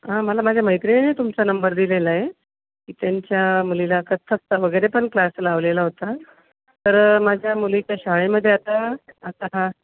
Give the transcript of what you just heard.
हां मला माझ्या मैत्रिणीने तुमचा नंबर दिलेला आहे ती त्यांच्या मुलीला कथ्थकचा वगैरे पण क्लास लावलेला होता तर माझ्या मुलीच्या शाळेमध्ये आता आता हां